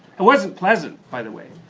it wasn't pleasant, by the way.